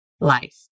life